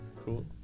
Cool